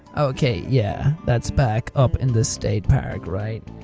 ok yeah. that's back up in the state park, right?